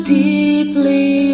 deeply